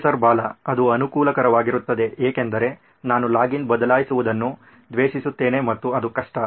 professor Bala ಅದು ಅನುಕೂಲಕರವಾಗಿರುತ್ತದೆ ಏಕೆಂದರೆ ನಾನು ಲಾಗಿನ್ ಬದಲಾಯಿಸುವುದನ್ನು ದ್ವೇಷಿಸುತ್ತೇನೆ ಮತ್ತು ಅದು ಕಷ್ಟ